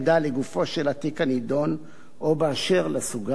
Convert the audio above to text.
של התיק הנדון או באשר לסוגיה הקונקרטית.